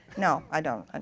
no, i don't.